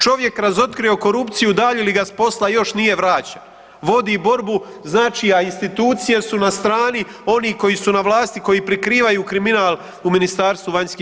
Čovjek razotkrio korupciju, udaljili ga s posla, još nije vraćen, vodi borbu znači a institucije su na stani onih koji su na vlasti, koji prikrivaju kriminal u MVEP-u.